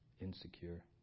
insecure